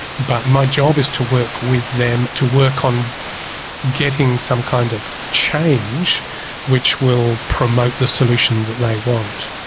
but and my job is to work with them to work on getting some kind of change which will promote the solution that they like want.